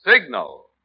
Signal